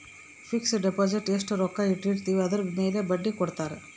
fix deposit ಎಸ್ಟ ರೊಕ್ಕ ಇಟ್ಟಿರ್ತಿವಿ ಅದುರ್ ಮೇಲೆ ಬಡ್ಡಿ ಕೊಡತಾರ